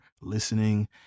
listening